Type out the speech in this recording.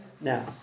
Now